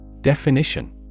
Definition